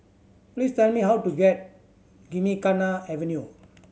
please tell me how to get Gymkhana Avenue